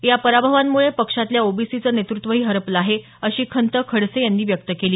या पराभवांमुळे पक्षातल्या ओबीसीचं नेतृत्वही हरपले आहे अशी खंत खडसे यांनी व्यक्त केली